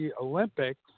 Olympics